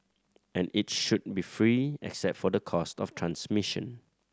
and it should be free except for the cost of transmission